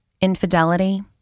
infidelity